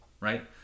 right